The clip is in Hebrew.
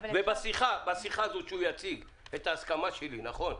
ובשיחה הזו שהוא יציג את ההסכמה שלי, נכון?